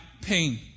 pain